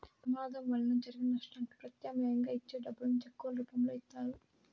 ప్రమాదం వలన జరిగిన నష్టానికి ప్రత్యామ్నాయంగా ఇచ్చే డబ్బులను చెక్కుల రూపంలో ఇత్తారు